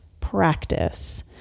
practice